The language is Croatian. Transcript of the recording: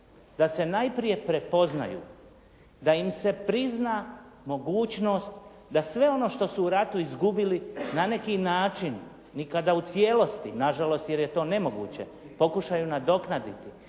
da se najprije prepoznaju, da im se prizna mogućnost da sve ono što su u ratu izgubili na neki način, nikada u cijelosti na žalost jer je to nemoguće pokušaju nadoknaditi,